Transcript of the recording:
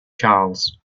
charles